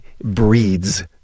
breeds